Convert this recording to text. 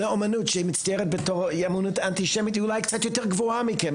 לאמנות שהיא מצטיירת בתור אומנות אנטישמית היא אולי קצת יותר גבוהה מכם,